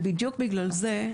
ובדיוק בגלל זה,